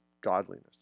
godliness